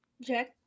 Jack